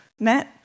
Matt